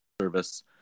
service